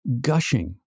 gushing